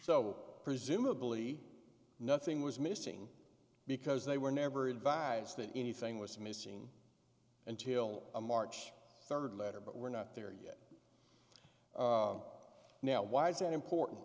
so presumably nothing was missing because they were never advised that anything was missing until a march third letter but we're not there yet now why is that important